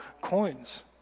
coins